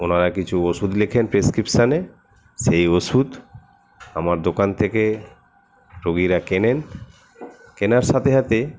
ওঁরা কিছু ওষুধ লেখেন প্রেসক্রিপশানে সেই ওষুধ আমার দোকান থেকে রুগীরা কেনেন কেনার সাথে সাথে